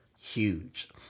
Huge